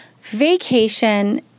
Vacation